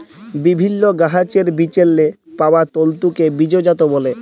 বিভিল্ল্য গাহাচের বিচেল্লে পাউয়া তল্তুকে বীজজাত ব্যলে